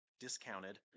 discounted